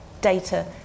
data